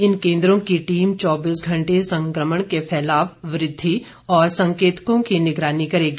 इन केन्द्रों की टीम चौबीस घंटे संक्रमण के फैलाव वृद्धि और संकेतकों की निगरानी करेगी